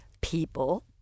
people